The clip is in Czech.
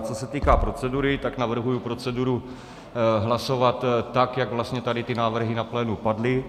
Co se týká procedury, navrhuji proceduru hlasovat tak, jak tady ty návrhy na plénu padly.